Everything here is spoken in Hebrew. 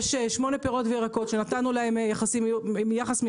יש שמונה פירות וירקות שנתנו להם יחס מיוחד,